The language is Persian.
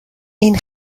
این